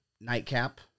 nightcap